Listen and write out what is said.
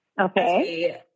Okay